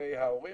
מארגוני ההורים,